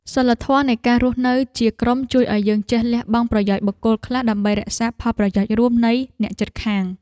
សីលធម៌នៃការរស់នៅជាក្រុមជួយឱ្យយើងចេះលះបង់ប្រយោជន៍បុគ្គលខ្លះដើម្បីរក្សាផលប្រយោជន៍រួមនៃអ្នកជិតខាង។